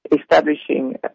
establishing